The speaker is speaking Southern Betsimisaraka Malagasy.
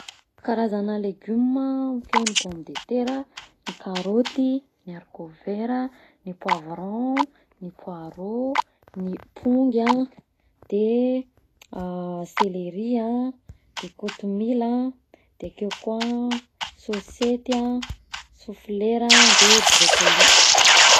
Karazana legume a, akeo: ny pomme de terra, ny karôty, ny haricot vert a, ny poireau, ny pongy a, de ny selery a, de ny kotomila, de akeo koa sôsety a, souflera de broccoli.